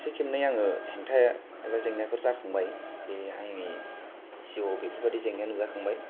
खेबसे खेबनै आङो हेंथाया एबा जेंनाफोर जाखांबाय बे आंनि जिउआव बेफोर बायदि जेंनाया नुजा खांबाय